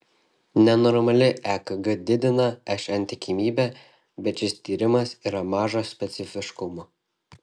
nenormali ekg didina šn tikimybę bet šis tyrimas yra mažo specifiškumo